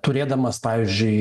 turėdamas pavyzdžiui